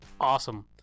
awesome